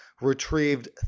retrieved